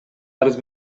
арыз